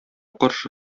каршы